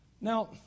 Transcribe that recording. Now